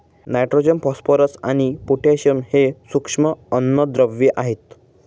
nitrogen, phosphorus आणि potassium हे सूक्ष्म अन्नद्रव्ये आहेत